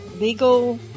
legal